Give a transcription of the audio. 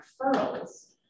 referrals